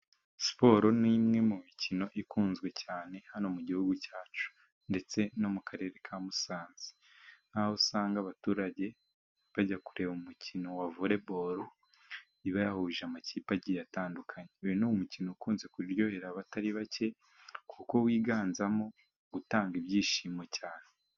Siporo ni imwe mu mikino ikunzwe cyane hano mu gihugu cyacu ndetse no mu Karere ka Musanze, nk'aho usanga abaturage bajya kureba umukino wa voleboro uba wahuje amakipe agiye atandukanye. Uyu ni umukino ukunze kuryohera abatari bake, kuko wiganzamo gutanga ibyishimo cyane.